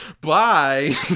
Bye